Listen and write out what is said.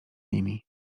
nimi